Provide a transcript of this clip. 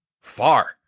Far